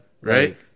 Right